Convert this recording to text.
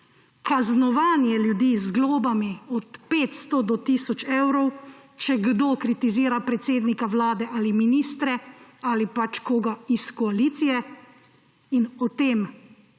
kaznovanje ljudi z globami od 500 do tisoč evrov, če kdo kritizira predsednika Vlade ali ministre ali pač koga iz koalicije. O tem